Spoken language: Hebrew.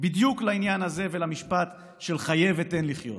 בדיוק לעניין הזה ולמשפט: חיה ותן לחיות.